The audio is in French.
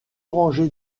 rangées